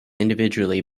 individually